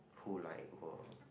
who like